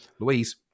Louise